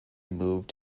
moved